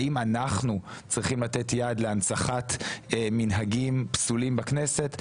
האם אנחנו צריכים לתת יד להנצחת מנהגים פסולים בכנסת?